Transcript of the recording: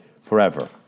forever